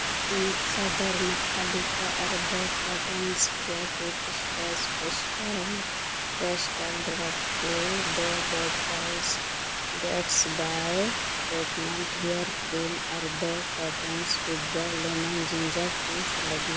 ᱤᱧᱟᱹᱜ ᱥᱚᱣᱫᱟ ᱨᱮᱱᱟᱜ ᱛᱟᱞᱤᱠᱟ ᱟᱨ ᱫᱳ cartons creative space pastel crystal rakhi ᱫᱳ bottles Gatsby treatment hair cream ᱟᱨ ᱫᱳ ᱠᱟᱨᱴᱩᱱᱥ ᱰᱤᱵᱷᱟᱹ ᱞᱮᱢᱚᱱ ᱡᱤᱧᱡᱟᱨ ᱴᱤ ᱥᱮᱞᱮᱫ ᱢᱮ